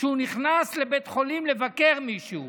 שהוא נכנס לבית חולים לבקר מישהו